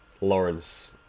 Lawrence